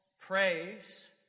praise